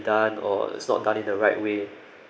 done or it's not done in the right way